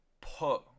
put